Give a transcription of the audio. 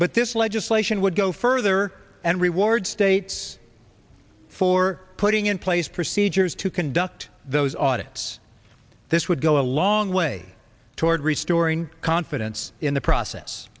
but this legislation would go further and reward states for putting in place procedures to conduct those audits this would go a long way toward restoring confidence in the process